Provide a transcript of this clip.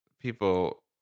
people